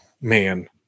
man